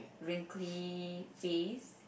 wrinkly face